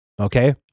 Okay